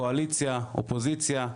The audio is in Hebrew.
קואליציה, אופוזיציה,